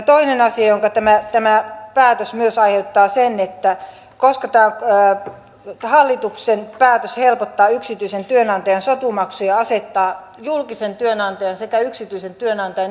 toinen asia jonka aiheuttaa tämä hallituksen päätös helpottaa yksityisen työnantajan sotumaksuja on se että se asettaa julkisen työnantajan sekä yksityisen työnantajan eriarvoiseen asemaan